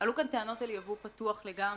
עלו כאן טענות על ייבוא פתוח לגמרי,